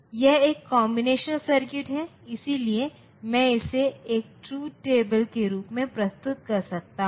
यह एक combinational circuit है इसलिए मैं इसे एक ट्रुथ टेबल के रूप में प्रस्तुत कर सकता हूं